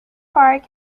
park